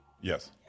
Yes